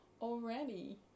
already